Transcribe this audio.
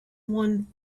one